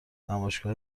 نمایشگاه